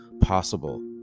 possible